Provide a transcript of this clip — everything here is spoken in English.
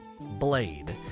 Blade